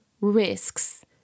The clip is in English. risks